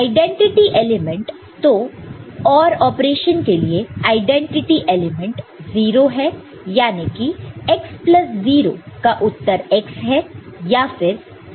identity element तो OR operation के लिए आईडेंटिटी एलिमेंट 0 है याने की x प्लस 0 का उत्तर x है या फिर a प्लस 0 का उत्तर a है